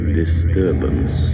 disturbance